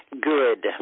good